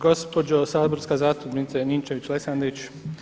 Gospođo saborska zastupnice Ninčević-Lesandrić.